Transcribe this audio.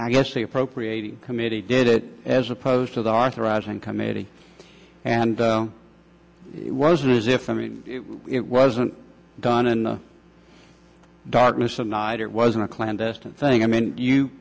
i guess the appropriate committee did it as opposed to the art arising committee and it wasn't as if i mean it wasn't done in the darkness of night it wasn't a clandestine thing i mean you